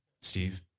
Steve